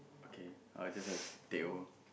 okay I will just have teh O